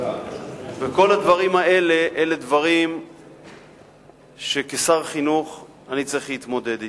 וכל הדברים האלה הם דברים שכשר החינוך אני צריך להתמודד אתם.